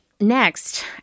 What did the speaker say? Next